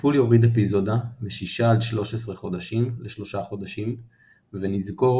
טיפול יוריד אפיזודה מ6-13 חודשים ל3 חודשים ונזכור